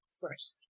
first